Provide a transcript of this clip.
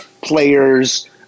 players